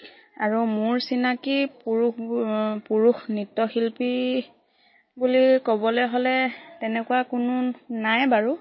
আৰু মোৰ চিনাকি পুৰুষ পুৰুষ নৃত্যশিল্পী বুলি ক'বলৈ হ'লে তেনেকুৱা কোনো নাই বাৰু